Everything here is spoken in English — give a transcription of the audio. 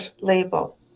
label